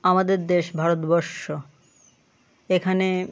আমাদের দেশ ভারতবর্ষ এখানে